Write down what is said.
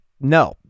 no